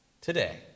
today